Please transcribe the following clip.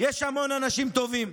יש המון אנשים טובים,